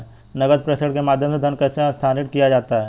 नकद प्रेषण के माध्यम से धन कैसे स्थानांतरित किया जाता है?